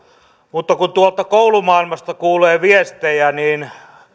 mutta kun tuolta koulumaailmasta kuulee viestejä niin